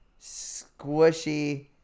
Squishy